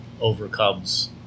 overcomes